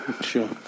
Sure